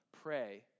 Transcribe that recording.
pray